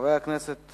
חבר הכנסת